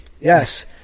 Yes